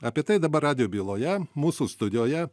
apie tai dabar radijo byloje mūsų studijoje